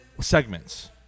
segments